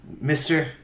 mister